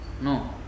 No